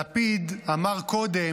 הצעת חוק שירות ביטחון (תיקון מס'